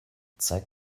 zeig